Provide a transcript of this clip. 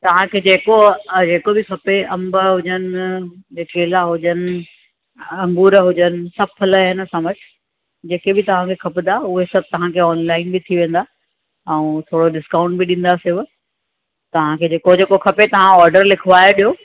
तव्हांखे जेको जेको बि खपे अंब हुजनि जे केला हुजनि अंगूर हुजनि सभु फल आहिनि असां वटि जेके बि तव्हांखे खपंदा उहे सभु तव्हांखे ऑनलाइन बि थी वेंदा ऐं थोरो डिस्काउंट बि ॾींदासेव तव्हांखे जेको जेको खपे तव्हां ऑर्डर लिखवाए छॾियो